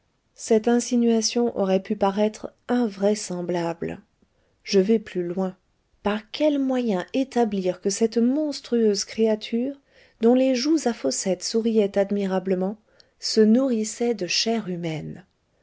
cette insinuation aurait pu paraître invraisemblable je vais plus loin par quel moyen établir que cette monstrueuse créature dont les joues à fossettes souriaient admirablement se nourrissait de chair humaine